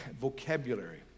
vocabulary